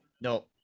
No